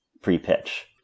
pre-pitch